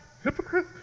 Hypocrite